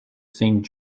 saint